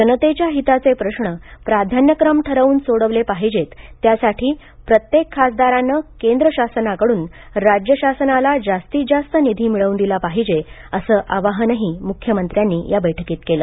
जनतेच्या हिताचे प्रश्न प्राधान्यक्रम ठरवून सोडवले पाहिजेत त्यासाठी प्रत्येक खासदाराने केंद्र शासनाकडून राज्य शासनाला जास्तीत जास्त निधी मिळवून दिला पाहिजे असे आवाहनही मुख्यमंत्र्यांनी या बैठकीत केले